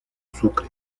sucre